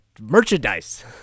merchandise